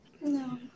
No